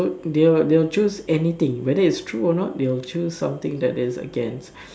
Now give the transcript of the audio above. so they'll they'll choose anything whether it's true or not they will choose something that is against